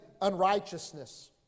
unrighteousness